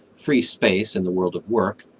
free space in the world of work,